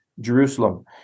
Jerusalem